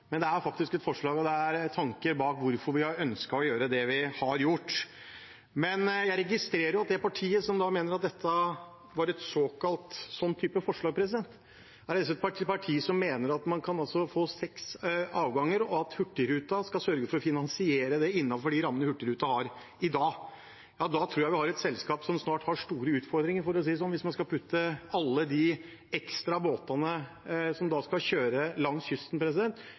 men det er faktisk et forslag, og det er tanker bak hvorfor vi har ønsket å gjøre det vi har gjort. Jeg registrerer at det partiet som mener at dette var en sånn type forslag, er et parti som mener at man kan få seks avganger, og at Hurtigruten skal sørge for å finansiere det innenfor de rammene Hurtigruten har i dag. Da tror jeg vi har et selskap som snart har store utfordringer, hvis man skal putte alle de ekstra båtene som da skal kjøre langs kysten,